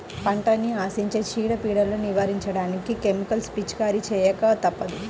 పంటని ఆశించే చీడ, పీడలను నివారించడానికి కెమికల్స్ పిచికారీ చేయక తప్పదు